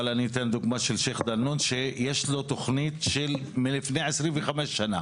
אבל אני אתן דוגמא של שייח' דנון שיש לו תכנית מלפני עשרים וחמש שנה.